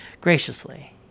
graciously